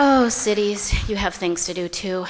both cities you have things to do too